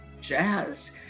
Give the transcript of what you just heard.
jazz